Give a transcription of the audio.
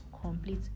complete